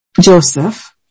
Joseph